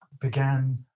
began